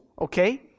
okay